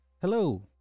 hello